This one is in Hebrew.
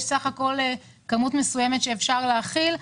יש כמות מסוימת שאפשר להכיל.